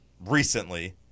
recently